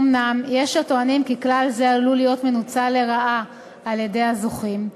אומנם יש הטוענים כי כלל זה עלול להיות מנוצל לרעה על-ידי הזוכים,